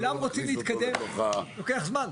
כולם רוצים להתקדם, לוקח זמן.